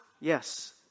Yes